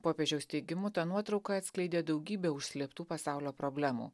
popiežiaus teigimu ta nuotrauka atskleidė daugybę užslėptų pasaulio problemų